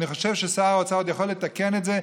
אני חושב ששר האוצר יכול לתקן את זה.